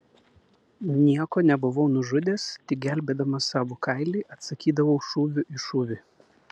nieko nebuvau nužudęs tik gelbėdamas savo kailį atsakydavau šūviu į šūvį